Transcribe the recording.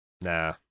nah